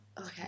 Okay